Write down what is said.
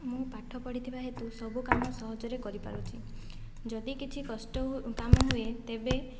ମୁଁ ପାଠ ପଢ଼ିଥିବା ହେତୁ ସବୁ କାମ ସହଜରେ କରିପାରୁଛି ଯଦି କିଛି କଷ୍ଟ କାମ ହୁଏ ତେବେ